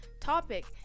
topic